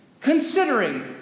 Considering